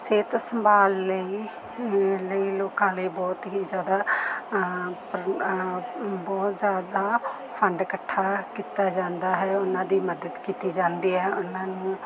ਸਿਹਤ ਸੰਭਾਲ ਲਈ ਲਈ ਲੋਕਾਂ ਲਈ ਬਹੁਤ ਹੀ ਜਿਆਦਾ ਪਰ ਬਹੁਤ ਜਿਆਦਾ ਫੰਡ ਕੱਠਾ ਕੀਤਾ ਜਾਂਦਾ ਹੈ ਉਨ੍ਹਾਂ ਦੀ ਮਦਦ ਕੀਤੀ ਜਾਂਦੀ ਹੈ ਉਨ੍ਹਾਂ ਨੂੰ